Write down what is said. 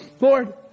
Lord